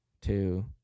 two